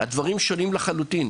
הדברים נראים שונים לחלוטין.